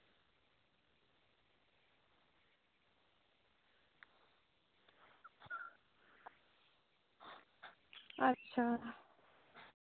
ᱟᱪᱪᱷᱟ